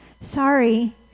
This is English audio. Sorry